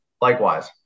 Likewise